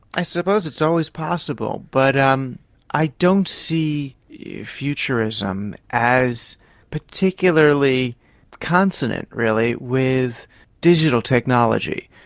i suppose it's always possible, but um i don't see yeah futurism as particularly consonant really with digital technology.